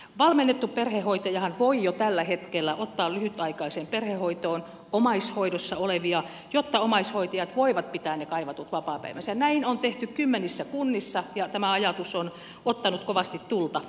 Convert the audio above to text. valmennettu perhehoitajahan voi jo tällä hetkellä ottaa lyhytaikaiseen perhehoitoon omaishoidossa olevia jotta omaishoitajat voivat pitää ne kaivatut vapaapäivänsä ja näin on tehty kymmenissä kunnissa ja tämä ajatus on ottanut kovasti tulta